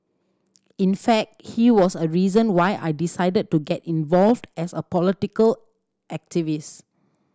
in fact he was a reason why I decided to get involved as a political activist